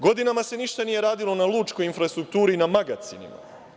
Godinama se ništa nije radilo na lučkoj infrastrukturi i na magacinima.